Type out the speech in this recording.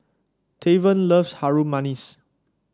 Tavon loves Harum Manis